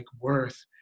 worth